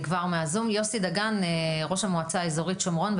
ראש המועצה האזורית שומרון,